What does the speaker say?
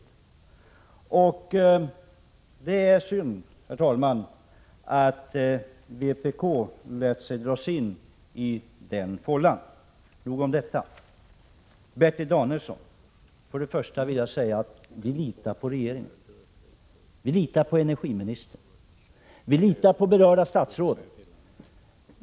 Det var alltså synd, herr talman, att vpk lät sig dras in i den fållan. Till Bertil Danielsson vill jag för det första säga att vi socialdemokrater litar på regeringen, på energiministern och på berörda statsråd.